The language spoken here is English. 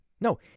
No